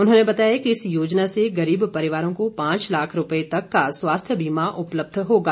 उन्होंने बताया कि इस योजना से गरीब परिवारों को पांच लाख रुपए तक का स्वाास्थ्य बीमा उपलब्ध होगा